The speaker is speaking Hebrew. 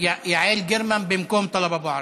יעל גרמן במקום טלב אבו עראר.